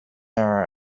error